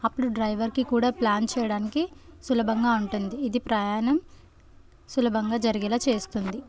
అప్పుడు డ్రైవర్కి కూడా ప్లాన్ చెయ్యడానికి సులభంగా ఉంటుంది ఇది ప్రయాణం సులభంగా జరిగేలా చేస్తుంది